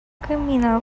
criminal